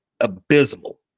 Abysmal